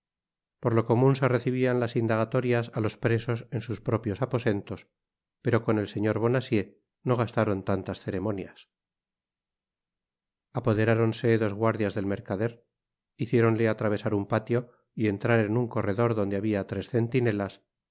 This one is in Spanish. por lo comun se recibian las indagatorias á los presos en sus propios aposentos pero con el señor bonacieux no gastaron tantas ceremonias apoderáronse dos guardias del mercader luciéronle atravesar un patio y entrar en un corredor donde habia tres centinelas